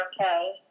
okay